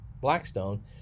Blackstone